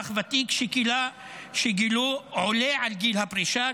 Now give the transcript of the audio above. לאזרח ותיק שגילו עולה על גיל הפרישה,